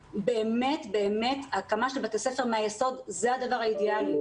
באמת באמת הקמה של בתי ספר מן היסוד זה הדבר האידיאלי